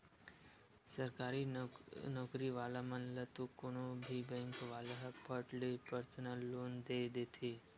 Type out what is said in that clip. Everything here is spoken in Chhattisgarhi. सरकारी नउकरी वाला मन ल तो कोनो भी बेंक वाले ह फट ले परसनल लोन दे देथे